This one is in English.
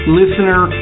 listener